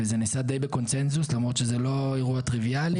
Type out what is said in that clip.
וזה נעשה די בקונצנזוס למרות שלקדם את זה זה לא אירוע טריוויאלי.